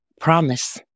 Promise